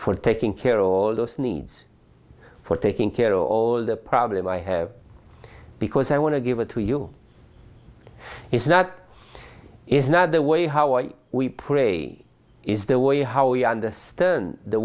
for taking care of all those needs for taking care of all the problem i have because i want to give it to you is not is not the way how i we pray is the way how we understand the